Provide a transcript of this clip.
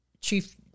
Chief